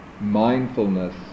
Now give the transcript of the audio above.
mindfulness